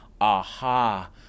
aha